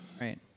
Right